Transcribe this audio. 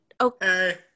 Okay